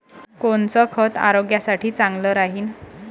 कोनचं खत आरोग्यासाठी चांगलं राहीन?